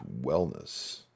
wellness